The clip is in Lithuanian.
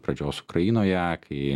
pradžios ukrainoje kai